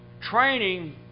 training